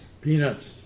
Peanuts